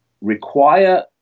require